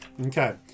Okay